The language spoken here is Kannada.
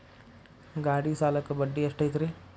ಗಾಡಿ ಸಾಲಕ್ಕ ಬಡ್ಡಿ ಎಷ್ಟೈತ್ರಿ?